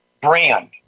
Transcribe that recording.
brand